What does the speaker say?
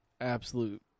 absolute